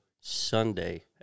Sunday